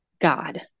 God